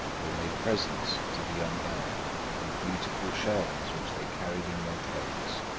they made presents to the young heir of beautiful shells, which they carried in their cloaks.